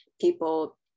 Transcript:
people